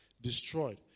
destroyed